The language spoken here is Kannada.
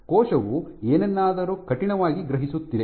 ಕೋಶವು ಏನನ್ನಾದರೂ ಕಠಿಣವಾಗಿ ಗ್ರಹಿಸುತ್ತಿದೆ